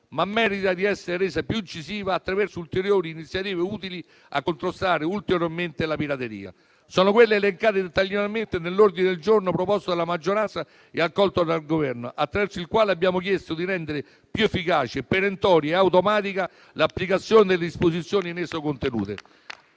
ma merita di essere reso più incisivo attraverso ulteriori iniziative utili a contrastare ulteriormente la pirateria. Sono quelle elencate dettagliatamente nell'ordine del giorno proposto dalla maggioranza e accolto dal Governo, attraverso il quale abbiamo chiesto di rendere più efficace, perentoria e automatica l'applicazione delle disposizioni in esso contenute.